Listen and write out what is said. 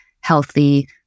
healthy